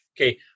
okay